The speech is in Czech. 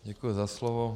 Děkuju za slovo.